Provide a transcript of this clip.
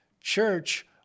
church